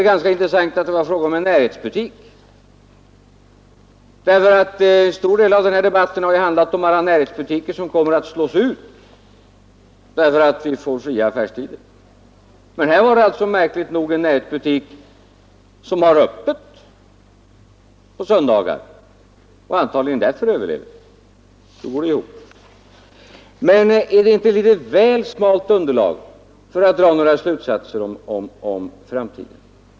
Det är ganska intressant att det var fråga om en närhetsbutik, ty en stor del av debatten har handlat om alla närhetsbutiker som kommer att slås ut om vi får fria affärstider. Här var det alltså märkligt nog en närhetsbutik som har öppet på söndagar och antagligen därför överlever. Då går det ihop. Men är det inte ett väl smalt underlag för att dra några slutsatser för framtiden?